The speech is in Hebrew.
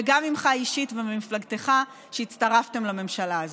וגם ממך אישית וממפלגתך על שהצטרפתם לממשלה הזאת,